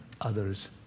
others